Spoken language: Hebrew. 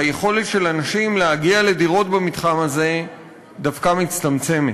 והיכולת של אנשים להגיע לדירות במתחם הזה דווקא מצטמצמת.